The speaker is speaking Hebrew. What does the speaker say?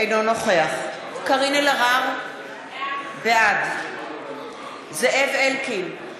אינו נוכח קארין אלהרר, בעד זאב אלקין,